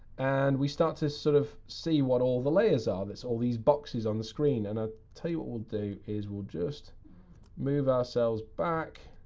and we start to sort of see what all the layers are that's all these boxes on the screen. and i'll ah tell you what we'll do is we'll just move ourselves back,